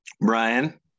Brian